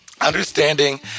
understanding